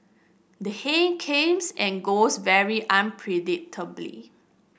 the haze comes and goes very unpredictably